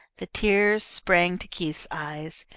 the tears sprang to keith's eyes.